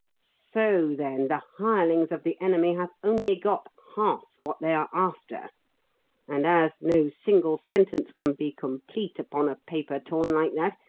so, then, the hirelings of the enemy have only got half what they are after and, as no single sentence can be complete upon a paper torn like that,